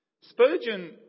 Spurgeon